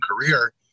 career